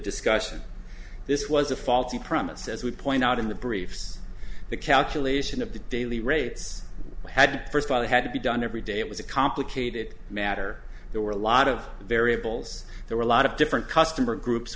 discussion this was a faulty promise as we point out in the briefs the calculation of the daily rates i had first thought it had to be done every day it was a complicated matter there were a lot of variables there were a lot of different customer groups